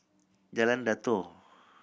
Jalan Datoh